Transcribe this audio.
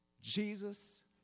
Jesus